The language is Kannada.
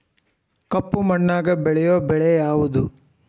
ಕಪ್ಪು ಮಣ್ಣಾಗ ಬೆಳೆಯೋ ಬೆಳಿ ಯಾವುದು?